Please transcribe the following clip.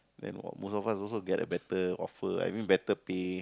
then most of us also got a better offer I mean better pay